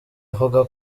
uvuga